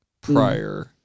prior